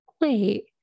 wait